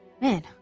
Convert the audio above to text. Man